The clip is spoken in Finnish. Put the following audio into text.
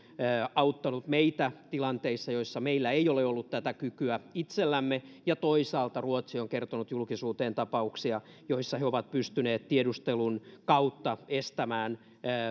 auttanut meitä tilanteissa joissa meillä ei ole ollut tätä kykyä itsellämme ja toisaalta ruotsi on kertonut julkisuuteen tapauksia joissa he ovat pystyneet tiedustelun kautta estämään